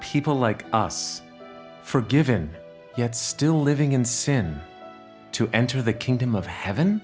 people like us forgiven yet still living in sin to enter the kingdom of heaven